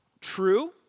True